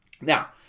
Now